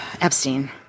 Epstein